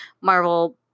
Marvel